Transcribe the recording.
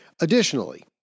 Additionally